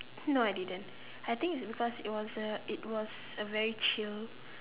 no I didn't I think it's because it was a it was a very chill